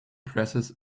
presses